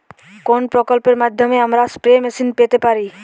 কোন প্রকল্পের মাধ্যমে আমরা স্প্রে মেশিন পেতে পারি?